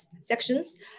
sections